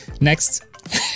Next